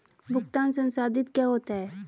भुगतान संसाधित क्या होता है?